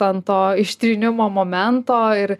ant to ištrynimo momento ir